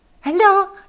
Hello